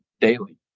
daily